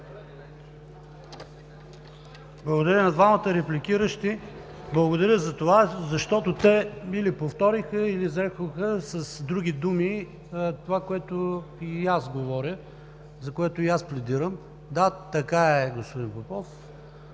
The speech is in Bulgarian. Благодаря на двамата репликиращи. Благодаря за това, защото те или повториха, или взеха от мен с други думи това, което и аз говоря, за което и аз пледирам. Да, така е, господин Попов